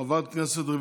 היא